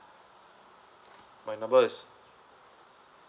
my number is